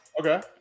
Okay